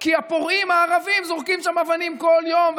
כי הפורעים הערבים זורקים שם אבנים כל יום.